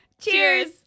Cheers